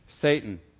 Satan